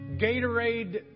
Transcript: Gatorade